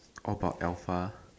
all about alpha